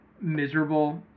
miserable